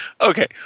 Okay